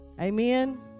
Amen